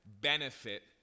benefit